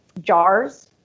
jars